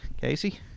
Casey